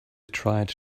tried